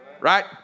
right